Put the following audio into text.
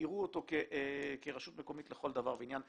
ייראו אותו כרשות מקומית לכל דבר ועניין.